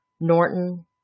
Norton